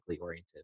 oriented